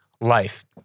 life